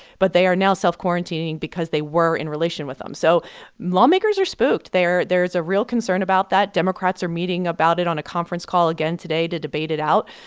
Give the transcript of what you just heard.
but they are now self-quarantining because they were in relation with them so lawmakers are spooked. there there is a real concern about that. democrats are meeting about it on a conference call again today to debate it out.